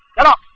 but